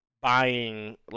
buying